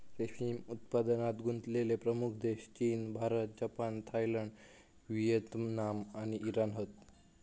रेशीम उत्पादनात गुंतलेले प्रमुख देश चीन, भारत, जपान, थायलंड, व्हिएतनाम आणि इराण हत